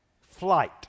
flight